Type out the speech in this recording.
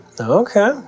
Okay